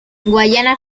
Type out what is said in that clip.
guayana